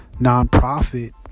nonprofit